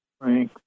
Frank